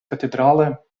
kathedrale